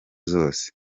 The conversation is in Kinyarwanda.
zose